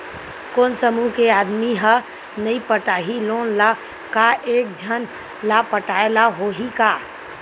कोन समूह के आदमी हा नई पटाही लोन ला का एक झन ला पटाय ला होही का?